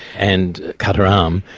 and cut her arm,